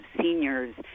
seniors